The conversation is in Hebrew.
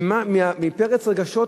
מפרץ הרגשות,